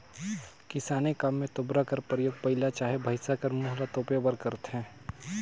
किसानी काम मे तोबरा कर परियोग बइला चहे भइसा कर मुंह ल तोपे बर करथे